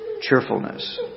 cheerfulness